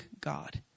God